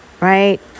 right